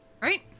Right